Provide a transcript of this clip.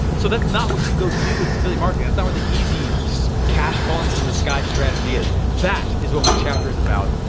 so that's not what you go do with affiliate marketing and start with the easy cash falling from the sky strategy is. that is what my chapter is about,